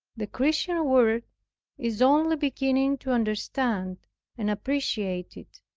the christian world is only beginning to understand and appreciate it,